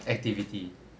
activity